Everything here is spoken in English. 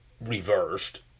reversed